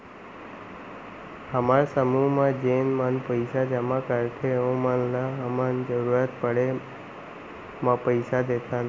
हमर समूह म जेन मन पइसा जमा करथे ओमन ल हमन जरूरत पड़े म पइसा देथन